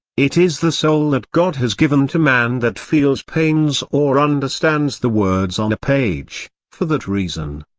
it is the soul that god has given to man that feels pains or understands the words on a page, for that reason,